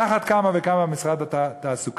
על אחת כמה וכמה משרד התעסוקה,